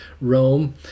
Rome